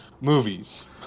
Movies